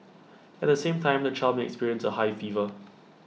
at the same time the child may experience A high fever